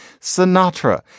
Sinatra